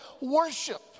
worship